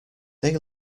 they